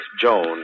Joan